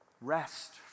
Rest